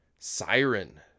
Siren